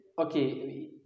Okay